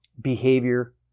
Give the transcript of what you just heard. behavior